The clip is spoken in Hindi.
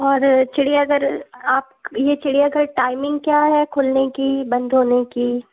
और चिड़ियाघर आप ये चिड़ियाघर टाइमिंग क्या है खुलने की बंद होने की